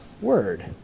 word